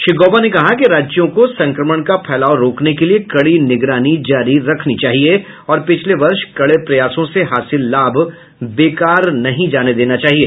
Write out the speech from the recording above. श्री गौबा ने कहा कि राज्यों को संक्रमण का फैलाव रोकने के लिए कड़ी निगरानी जारी रखनी चाहिए और पिछले वर्ष कड़े प्रयासों से हासिल लाभ बेकार नहीं जाने देना चाहिए